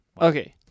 Okay